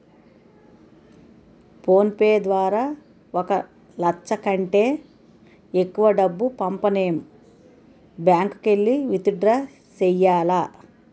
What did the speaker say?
phone pay ద్వారా ఒక లచ్చ కంటే ఎక్కువ డబ్బు పంపనేము బ్యాంకుకెల్లి విత్ డ్రా సెయ్యాల